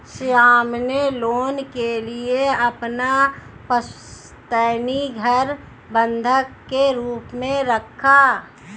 श्याम ने लोन के लिए अपना पुश्तैनी घर बंधक के रूप में रखा